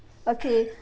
okay